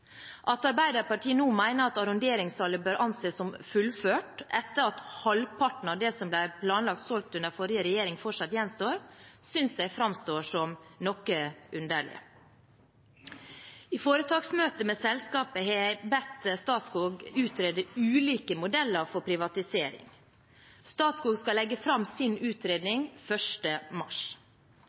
At Arbeiderpartiet nå mener at arronderingssalget bør anses som fullført, etter at halvparten av det som ble planlagt solgt under forrige regjering, fortsatt gjenstår, synes jeg framstår som noe underlig. I foretaksmøte med selskapet har jeg bedt Statskog utrede ulike modeller for privatisering. Statskog skal legge fram sin utredning 1. mars.